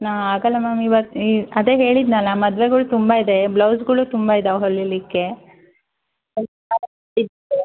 ನಾ ಆಗಲ್ಲ ಮ್ಯಾಮ್ ಇವತ್ತು ಇ ಅದೇ ಹೇಳಿದೆನಲ್ಲ ಮದುವೆಗಳು ತುಂಬ ಇದೆ ಬ್ಲೌಸ್ಗಳೂ ತುಂಬ ಇದ್ದಾವೆ ಹೊಲಿಯಲಿಕ್ಕೆ